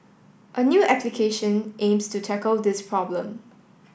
a new application aims to tackle this problem